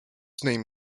name